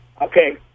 Okay